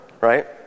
right